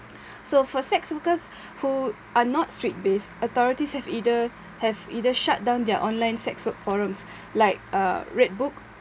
so for sex workers who are not street based authorities have either have either shut down their online sex work forums like uh redbook